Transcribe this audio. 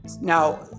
Now